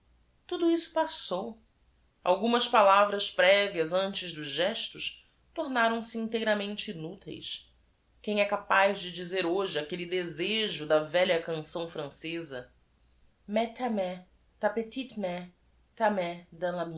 u m a s palavras previas antes dos gestos tornaram-se i n teiramente inúteis uem é capaz de dizer hoje aquelle desejo da vel h a canção franceza ets